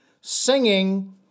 singing